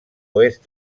oest